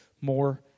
more